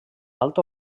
altra